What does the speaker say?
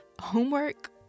homework